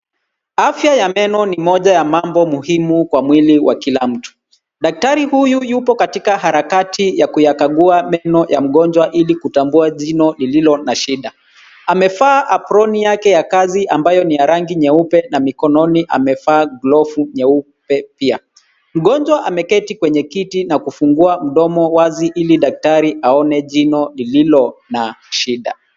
Afya ya meno ni moja ya mambo muhimu kwa mwili wa kila mtu. Daktari huyu yupo katika harakati ya kuyakagua meno ya mgonjwa, ili kutambua jino lililo na shida. Amevaa aproni yake ya kazi ambayo ni ya rangi nyeupe na mikononi amevaa glavu nyeupe pia. Mgonjwa ameketi kwenye kiti na kufungua mdomo wazi, ili daktari aone jino lililo na shida.